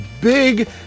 Big